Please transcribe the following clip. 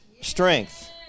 strength